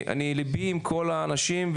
לבי עם כל האנשים,